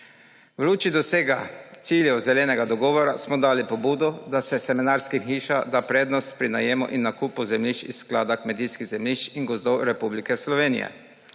V luči doseganja ciljev zelenega dogovora smo dali pobudo, da se semenarskim hišam da prednost pri najemu in nakupu zemljišč iz Sklada kmetijskih zemljišč in gozdov Republike Slovenije,